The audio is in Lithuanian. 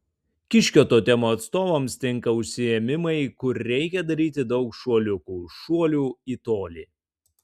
kiškio totemo atstovams tinka užsiėmimai kur reikia daryti daug šuoliukų šuolių į tolį